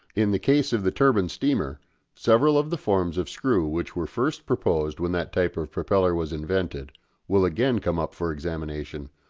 in the case of the turbine steamer several of the forms of screw which were first proposed when that type of propeller was invented will again come up for examination,